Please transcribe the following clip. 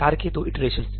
कार्य के दो इंस्टानसेस